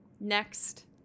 next